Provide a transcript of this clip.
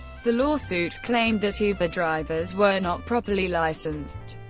the lawsuit claimed that uber drivers were not properly licensed.